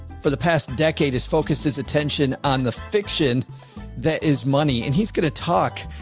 for the past decade has focused his attention on the fiction that is money and he's going to talk.